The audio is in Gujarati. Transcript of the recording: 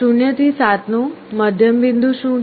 0 થી 7 નું મધ્યમ બિંદુ શું છે